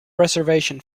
reservation